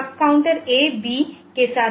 यह up counter A B के साथ तुलना करता है